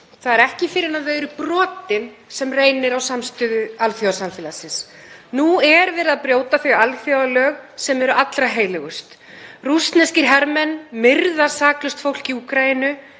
Það er ekki fyrr en þau eru brotin sem reynir á samstöðu alþjóðasamfélagsins. Nú er verið að brjóta þau alþjóðalög sem eru allra heilögust; rússneskir hermenn myrða saklaust fólk í Úkraínu,